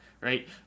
right